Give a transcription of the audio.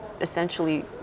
essentially